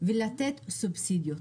ולתת סובסידיות.